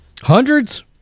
Hundreds